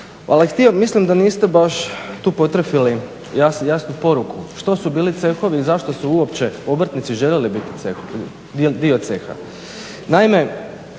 ali mislim da niste baš tu potrefili jasnu poruku. Što su bili cehovi i zašto su uopće obrtnici željeli biti dio ceha? Naime,